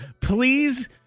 please